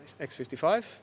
X55